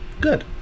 Good